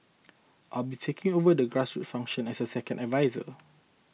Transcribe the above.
I'll be taking over the grassroots function as second adviser